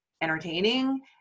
entertaining